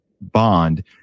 bond